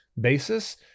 basis